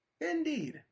Indeed